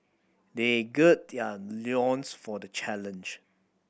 they gird their loins for the challenge